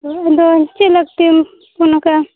ᱟᱫᱚ ᱪᱮᱫ ᱞᱟᱹᱠᱛᱤᱢ ᱯᱷᱳᱱ ᱟᱠᱟᱫᱟ